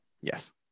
Yes